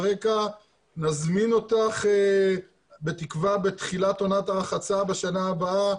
נזמין אותך בתקווה בתחילת עונת הרחצה בשנה הבאה,